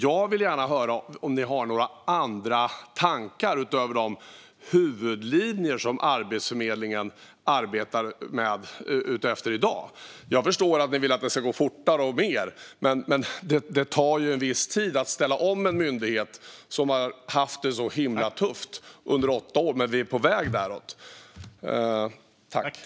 Jag vill gärna höra om ni har några andra tankar utöver de huvudlinjer som Arbetsförmedlingen arbetar efter i dag. Jag förstår att ni vill att det ska gå fortare och att det ska ske mer. Men det tar en viss tid att ställa om en myndighet som har haft det så tufft under åtta år, men vi är på väg åt detta håll.